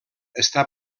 està